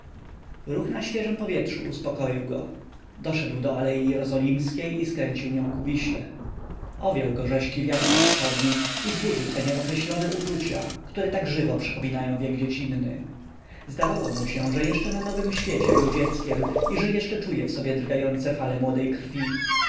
ruch na świeżem powietrzu uspokoił go doszedł do alei jerozolimskiej i skręcił nią ku wiśle owiał go rzeźki wiatr wschodni i zbudził te nieokreślone uczucia które tak żywo przypominają wiek dziecinny zdawało mu się że jeszcze na nowym świecie był dzieckiem i że jeszcze czuje w sobie drgające fale młodej krwi